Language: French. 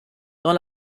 dans